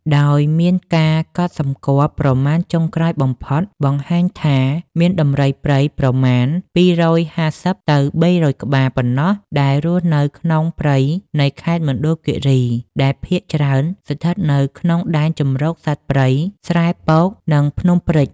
ដោយមានការកត់សម្គាល់ប្រមាណចុងក្រោយបំផុតបង្ហាញថា មានដំរីព្រៃប្រមាណ ២៥០ ទៅ ៣០០ក្បាលប៉ុណ្ណោះដែលរស់នៅក្នុងព្រៃនៃខេត្តមណ្ឌលគិរី ដែលភាគច្រើនស្ថិតនៅក្នុងដែនជម្រកសត្វព្រៃស្រែពក និងភ្នំព្រេច។